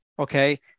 Okay